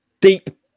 deep